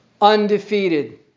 Undefeated